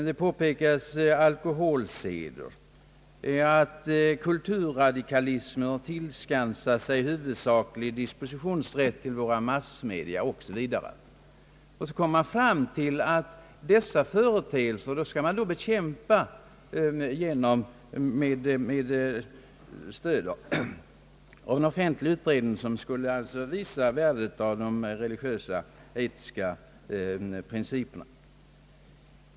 Man pekar på alkoholseder, att kulturradikalismen har tillskansat sig huvudsaklig dispositionsrätt till våra massmedia, o. s. v. Så kommer man fram till att dessa företeelser skall bekämpas med stöd av en offentlig utredning, som skulle visa värdet av de religiösa etiska principerna.